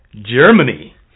Germany